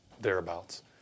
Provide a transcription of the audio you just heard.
thereabouts